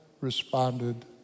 responded